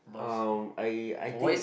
uh I I think